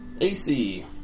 AC